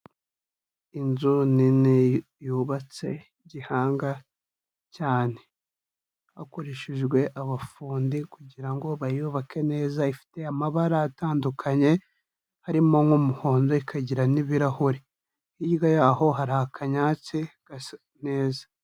Inzu nini yubatse gihanga cyane hakoreshijwe abafundi kugira ngo bayubake neza, ifite amabara atandukanye harimo nk'umuhondo, ikagira n'ibirahure, hirya y'aho hari akanyatsi gasa neza.